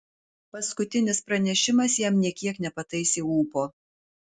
paskutinis pranešimas jam nė kiek nepataisė ūpo